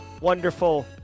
wonderful